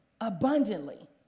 Abundantly